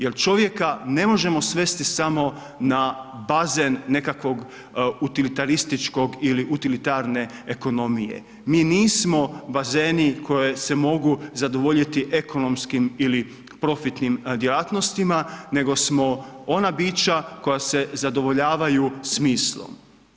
Jer čovjeka ne možemo svesti samo na bazen nekakvog utilitarističkog ili utilitarne ekonomije, mi nismo bazeni koji se mogu zadovoljiti ekonomskim ili profitnim djelatnostima, nego smo ona bića koja se zadovoljavaju smislom.